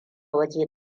waje